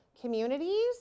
communities